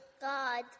God